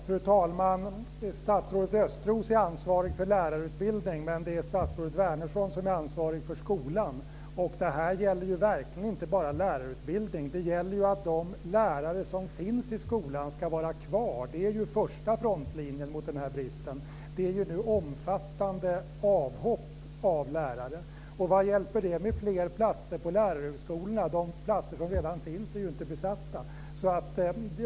Fru talman! Statsrådet Östros är ansvarig för lärarutbildningen, men det är statsrådet Wärnersson som är ansvarig för skolan. Det här gäller verkligen inte bara lärarutbildningen. Det gäller att de lärare som finns i skolan ska vara kvar. Det är den första frontlinjen mot den här bristen. Det är ju omfattande avhopp av lärare nu. Vad hjälper det med fler platser på lärarhögskolorna? De platser som redan finns är ju inte besatta.